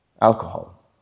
alcohol